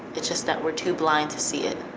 it's just that we're too blind to see it.